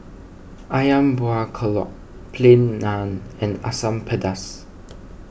Ayam Buah Keluak Plain Naan and Asam Pedas